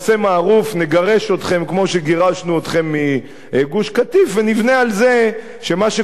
נגרש אתכם כמו שגירשנו אתכם מגוש-קטיף ונבנה על זה שמה שקורה בעזה,